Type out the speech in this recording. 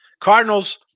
Cardinals